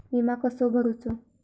विमा कसो भरूचो?